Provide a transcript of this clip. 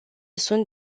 sunt